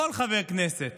כל חבר כנסת